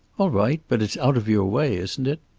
all right. but it's out of your way, isn't it?